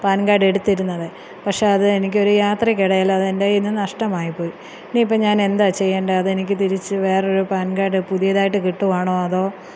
pan കാർഡെടുത്തിരുന്നത് പക്ഷേ അത് എനിക്ക് ഒരു യാത്രയ്ക്ക് ഇടയിൽ അത് എൻ്റെ കൈയ്യിൽ നിന്ന് നഷ്ടമായിപ്പോയി ഇനി ഇപ്പം ഞാൻ എന്താണ് ചെയ്യേണ്ടത് അതെനിക്ക് തിരിച്ചു വേറെ ഒരു പാൻ കാഡ് പുതിയതായിട്ട് കിട്ടുവാണോ അതോ